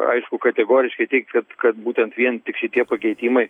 aišku kategoriškai teigt kad kad būtent vien tik šitie pakeitimai